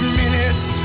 minutes